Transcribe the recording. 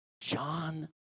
John